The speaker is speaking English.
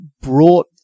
brought